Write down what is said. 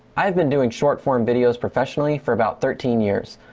i've been doing short-form videos professionally for about thirteen years.